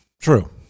True